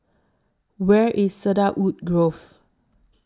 Where IS Cedarwood Grove